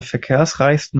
verkehrsreichsten